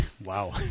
Wow